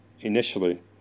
initially